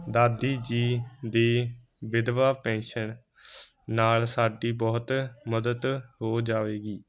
ਦਾਦੀ ਜੀ ਦੇ ਵਿਧਵਾ ਪੈਨਸ਼ਨ ਨਾਲ ਸਾਡੀ ਬਹੁਤ ਮਦਦ ਹੋ ਜਾਵੇਗੀ